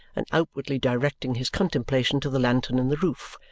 and outwardly directing his contemplation to the lantern in the roof,